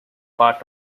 part